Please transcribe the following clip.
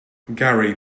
gary